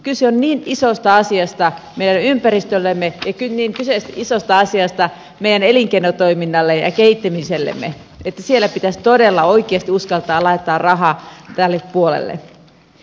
kyse on niin isosta asiasta meidän ympäristöllemme niin isosta asiasta meidän elinkeinotoiminnalle ja kehittymisellemme että siellä pitäisi todella oikeasti uskaltaa laittaa rahaa tälle puolelle